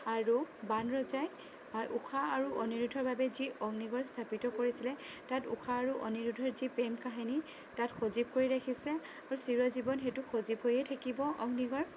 আৰু বাণৰজাই ঊষা আৰু অনিৰুদ্ধৰ বাবে যি অগ্নিগড় স্থাপিত কৰিছিলে তাত ঊষা আৰু অনিৰুদ্ধৰ যি প্ৰেম কাহিনী তাত সজীৱ কৰি ৰাখিছে আৰু চিৰজীৱন সেইটো সজীৱ হৈয়ে থাকিব অগ্নিগড়